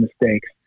mistakes